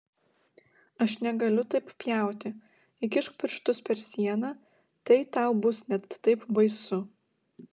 aš negaliu taip pjauti įkišk pirštus per sieną tai tau bus net taip baisu